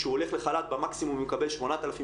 כשהוא הוא הולך לחל"ת במקסימום הוא מקבל 8,000,